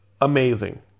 Amazing